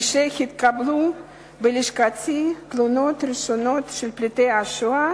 כשהתקבלו בלשכתי תלונות ראשונות של פליטי השואה